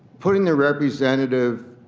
putting the representative,